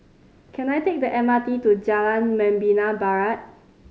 can I take the M R T to Jalan Membina Barat